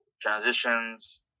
transitions